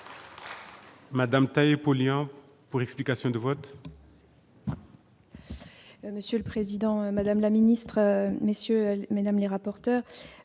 Madame taillé pour Lyon pour l'explication de vote. Monsieur le Président, Madame la ministre, messieurs, mesdames les rapporteurs